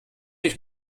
ich